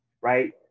right